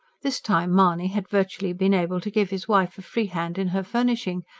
this time mahony had virtually been able to give his wife a free hand in her furnishing.